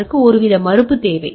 அதற்கு ஒருவித மறுப்பு தேவை